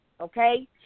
okay